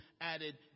added